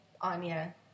Anya